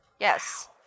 Yes